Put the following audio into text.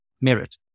merit